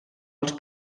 els